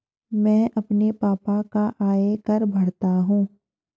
मैं अपने पापा का आयकर भरता हूं